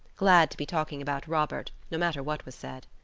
glad to be talking about robert, no matter what was said.